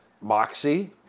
moxie